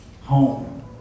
Home